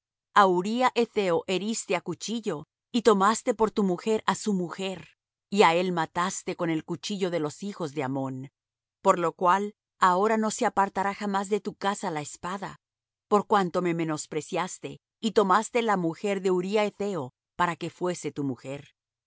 uría hetheo heriste á cuchillo y tomaste por tu mujer á su mujer y á él mataste con el cuchillo de los hijos de ammón por lo cual ahora no se apartará jamás de tu casa la espada por cuanto me menospreciaste y tomaste la mujer de uría hetheo para que fuese tu mujer así